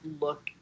look